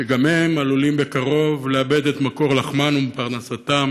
שגם הם עלולים בקרוב לאבד את מקור לחמם ופרנסתם,